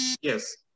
Yes